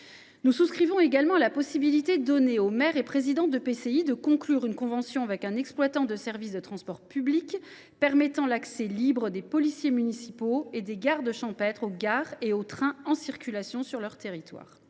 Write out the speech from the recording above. Nous souscrivons aussi à la possibilité offerte aux maires et présidents d’EPCI de conclure une convention avec un exploitant de service de transport public afin de permettre l’accès libre des policiers municipaux et des gardes champêtres aux gares et aux trains en circulation sur leur territoire.